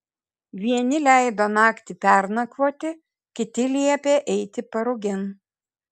vieni leido naktį pernakvoti kiti liepė eiti parugėn